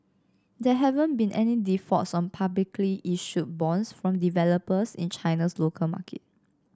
there haven't been any defaults on publicly issued bonds from developers in China's local market